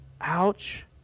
ouch